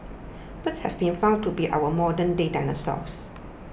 birds have been found to be our modernday dinosaurs